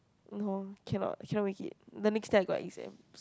no cannot cannot make it the next time I got exams